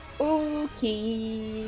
Okay